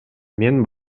мен